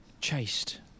chased